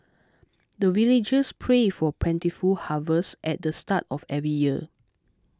the villagers pray for plentiful harvest at the start of every year